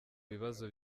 bibazo